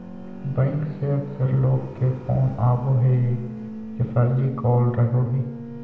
bank से अक्सर लोग के फोन आवो हइ जे फर्जी कॉल रहो हइ